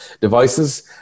devices